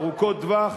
ארוכות טווח,